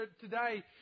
today